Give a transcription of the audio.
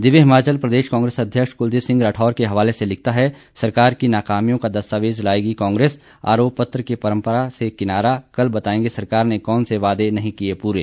दिव्य हिमाचल प्रदेश कांग्रेस अध्यक्ष क्लदीप सिंह राठौर के हवाले से लिखता है सरकार की नाकामियों का दस्तावेज लाएगी कांग्रेस आरोप पत्र की परंपरा से किनारा कल बताएंगे सरकार ने कौन से वादे नहीं किए पूरे